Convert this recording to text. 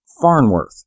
Farnworth